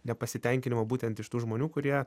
nepasitenkinimo būtent iš tų žmonių kurie